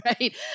right